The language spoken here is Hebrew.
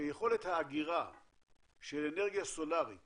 זאת אומרת אם יכולת האגירה של אנרגיה סולרית